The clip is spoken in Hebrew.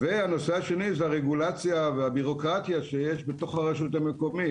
הנושא השני זה הרגולציה והבירוקרטיה שיש בתוך הרשות המקומית